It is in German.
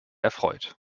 erfreut